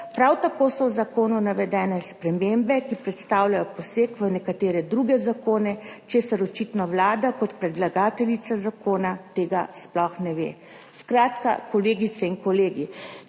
Prav tako so v zakonu navedene spremembe, ki predstavljajo poseg v nekatere druge zakone, česar očitno Vlada kot predlagateljica zakona tega sploh ne ve. Skratka, kolegice in kolegi,